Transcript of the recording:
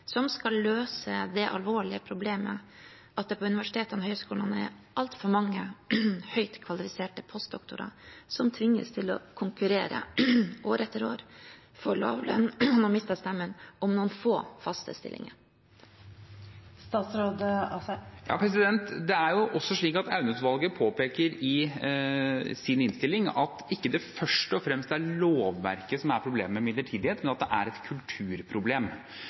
som skal løse det alvorlige problemet at det på universitetene og høyskolene er altfor mange høyt kvalifiserte postdoktorer som tvinges til å konkurrere år etter år for lav lønn og om noen få faste stillinger? Det er også slik at Aune-utvalget i sin innstilling påpeker at det ikke først og fremst er lovverket som er problemet med midlertidighet, men at det er et kulturproblem.